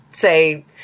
Say